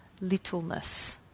littleness